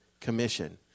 commission